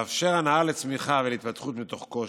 לאפשר הנעה לצמיחה ולהתפתחות מתוך קושי,